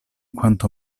quanto